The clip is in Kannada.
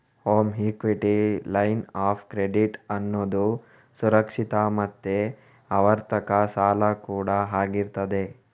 home equity line of credit ಅನ್ನುದು ಸುರಕ್ಷಿತ ಮತ್ತೆ ಆವರ್ತಕ ಸಾಲ ಕೂಡಾ ಆಗಿರ್ತದೆ